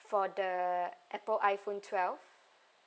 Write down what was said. for the Apple iPhone twelve